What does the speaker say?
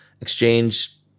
exchange